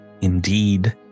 indeed